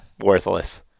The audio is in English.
worthless